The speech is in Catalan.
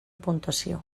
puntuació